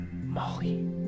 Molly